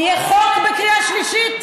האם יהיה חוק בקריאה שלישית?